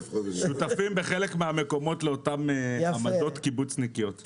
הם שותפים בחלק מהמקומות לאותן עמדות קיבוצניקיות.